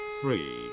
three